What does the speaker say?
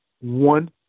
one